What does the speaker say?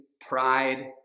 pride